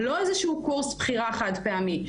לא איזה שהוא קורס בחירה חד פעמי,